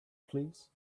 please